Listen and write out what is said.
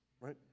Right